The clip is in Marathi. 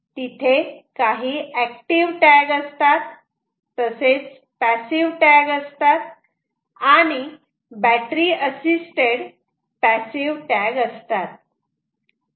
तिथे काही ऍक्टिव्ह टॅग असतात तसेच पॅसिव टॅग असतात आणि बॅटरी असिस्टेड पॅसिव टॅग असतात